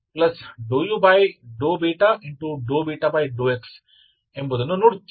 ∂β∂x ಎಂಬುದನ್ನು ನೋಡುತ್ತೀರಿ